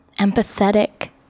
empathetic